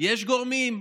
יש גורמים,